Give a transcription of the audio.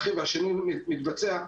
השינוי מתבצע.